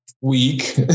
Week